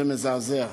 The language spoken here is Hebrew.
זה מזעזע.